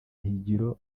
higiro